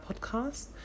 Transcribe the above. podcast